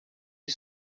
you